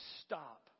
stop